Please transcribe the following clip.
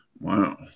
wow